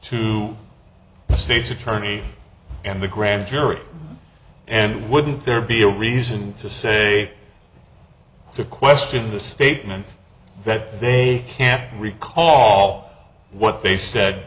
the state's attorney and the grand jury and wouldn't there be a reason to say to question the statement that they can't recall what they said